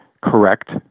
correct